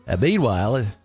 Meanwhile